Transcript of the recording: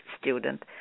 student